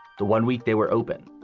the one week they were open.